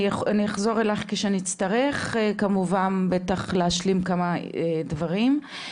אני אחזור אלייך כשנצטרך כמובן להשלים כמה דברים.